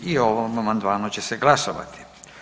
I o ovom amandmanu će se glasovati.